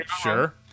Sure